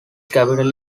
capital